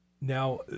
Now